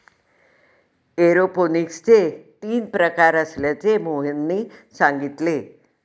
एरोपोनिक्सचे तीन प्रकार असल्याचे मोहनने सांगितले